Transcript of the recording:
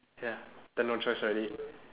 ya then no choice already